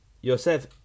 Yosef